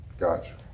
Gotcha